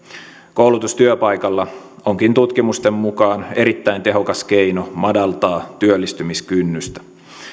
koulutus työpaikalla onkin tutkimusten mukaan erittäin tehokas keino madaltaa työllistymiskynnystä